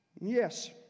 Yes